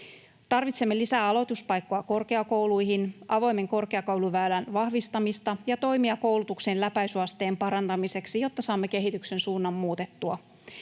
Tarvitsemme lisää aloituspaikkoja korkeakouluihin, avoimen korkeakouluväylän vahvistamista ja toimia koulutuksen läpäisyasteen parantamiseksi, jotta saamme kehityksen suunnan muutettua.